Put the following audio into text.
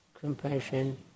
compassion